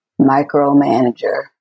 micromanager